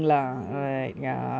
no real bonding